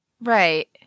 Right